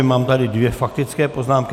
Mám tady dvě faktické poznámky.